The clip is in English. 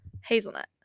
Hazelnut